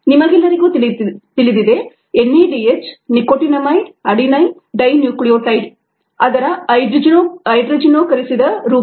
ನಿಮಗೆಲ್ಲರಿಗೂ ತಿಳಿದಿದೆ NADH nicotinamide adenine dinucleotide ಅದರ ಹೈಡ್ರೋಜನೀಕರಿಸಿದ ರೂಪ